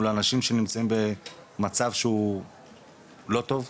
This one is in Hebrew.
או לאנשים שנמצאים במצב שהוא לא טוב?